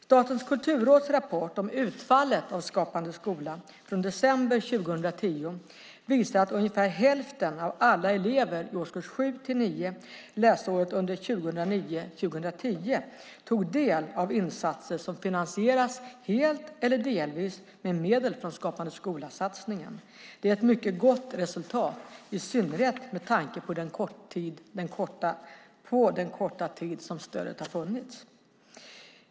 Statens kulturråds rapport om utfallet av Skapande skola från december 2010 visar att ungefär hälften av alla elever i årskurserna 7-9 under läsåret 2009/10 tog del av insatser som finansierats helt eller delvis med medel från Skapande skola-satsningen. Det är ett mycket gott resultat i synnerhet med tanke på den korta tid som stödet har funnits.